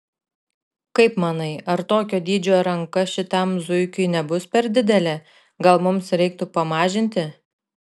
kaip manai ar tokio dydžio ranka šitam zuikiui nebus per didelė gal mums reiktų pamažinti